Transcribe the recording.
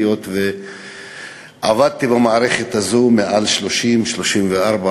היות שעבדתי במערכת הזו מעל 30 שנה,